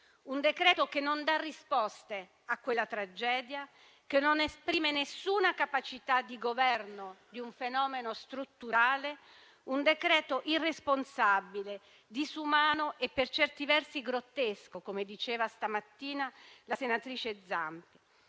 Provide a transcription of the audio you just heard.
un decreto-legge che non dà risposte a quella tragedia, né esprime alcuna capacità di governo di un fenomeno strutturale. È un decreto irresponsabile, disumano e, per certi versi, grottesco, come diceva stamattina la senatrice Zampa.